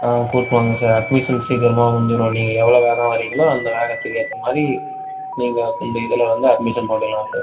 ஆ கூட்டி வாங்க sir admission சீக்கரமாக முடிஞ்சிடும் நீங்கள் எவ்வளோ வேகமாக வரீங்களோ அந்த வேகத்துக்கு ஏற்ற மாதிரி நீங்கள் இந்த இதில் வந்து அட்மிஷன் போட்டுக்கலாம் சார்